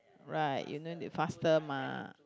right you no need faster mah